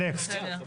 הלאה.